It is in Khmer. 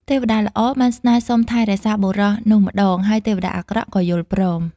ទេវតាល្អបានស្នើសុំថែរក្សាបុរសនោះម្តង ហើយទេវតាអាក្រក់ក៏យល់ព្រម។